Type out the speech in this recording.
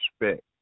respect